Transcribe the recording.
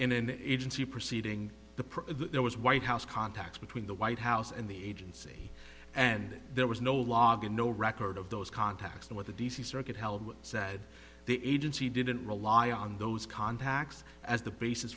in an agency proceeding the press there was white house contacts between the white house and the agency and there was no log and no record of those contacts and what the d c circuit held said the agency didn't rely on those contacts as the basis